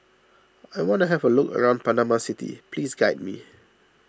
I want to have a look around Panama City please guide me